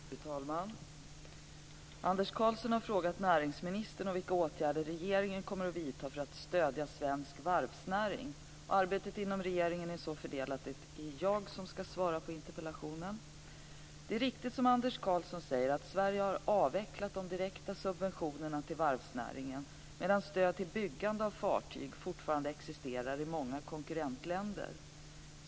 Fru talman! Anders Karlsson har frågat näringsministern om vilka åtgärder regeringen kommer att vidta för att stödja svensk varvsnäring. Arbetet inom regeringen är så fördelat att det är jag som skall svara på interpellationen. Det är riktigt som Anders Karlsson säger att Sverige har avvecklat de direkta subventionerna till varvsnäringen, medan stöd till byggandet av fartyg fortfarande existerar i många konkurrentländer.